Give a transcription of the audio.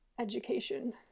education